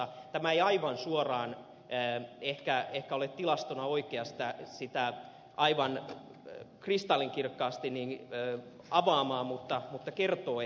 tämä ei aivan suoraan ehkä ole tilastona oikea sitä kristallinkirkkaasti avaamaan mutta kertoo ehkä jotain